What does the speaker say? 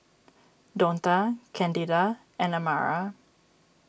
Donta Candida and Amara